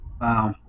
Wow